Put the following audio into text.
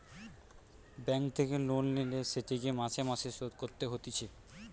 bank থেকে loan লিলে সেটিকে মাসে মাসে শোধ করতে হতিছে